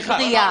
לא.